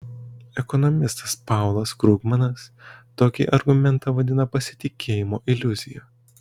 ekonomistas paulas krugmanas tokį argumentą vadina pasitikėjimo iliuzija